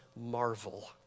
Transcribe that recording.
marvel